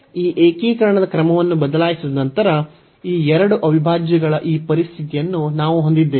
ಈ ಏಕೀಕರಣದ ಕ್ರಮವನ್ನು ಬದಲಾಯಿಸಿದ ನಂತರ ಈ ಎರಡು ಅವಿಭಾಜ್ಯಗಳ ಈ ಪರಿಸ್ಥಿತಿಯನ್ನು ನಾವು ಹೊಂದಿದ್ದೇವೆ